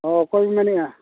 ᱦᱚᱸ ᱚᱠᱚᱭᱮᱢ ᱢᱮᱱᱮᱫᱼᱟ